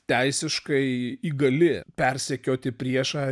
teisiškai įgali persekioti priešą